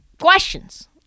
questions